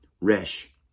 Resh